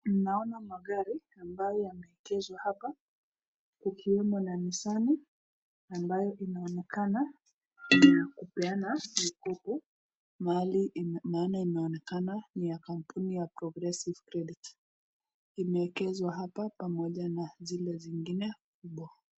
Tunaona magari ambayo yameengeshwa hapa , ikiwemo na nisani ambayo inaonekana nakupeeana mkopo maali, maana inaonekana ni ya kampuni ya progressives credit imeelezwa hapa pamoja na zile zingine huko..